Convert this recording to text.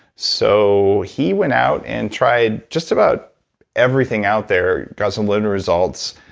so he went out and tried just about everything out there got some limited results,